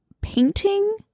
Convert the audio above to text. painting